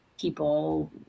People